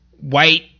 white